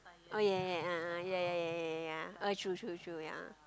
oh ya ya a'ah ya ya ya ya oh true true true ya